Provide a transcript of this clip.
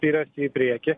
spiriasi į priekį